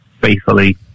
faithfully